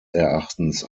erachtens